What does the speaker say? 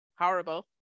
horrible